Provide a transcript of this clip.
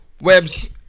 Webs